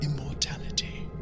immortality